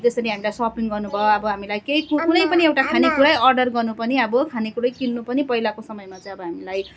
जसरी हामीलाई सपिङ गर्नु भयो अब हामीलाई केही कुरा कुनै पनि एउटा खाने कुरै अर्डर गर्नु पनि अब खाने कुरै किन्नु पनि पहिलाको समयमा चाहिँ अब हामीलाई